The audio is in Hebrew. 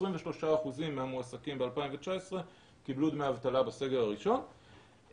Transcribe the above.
23% מהמועסקים ב-2019 קיבלו דמי אבטלה בסגר הראשון,